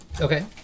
Okay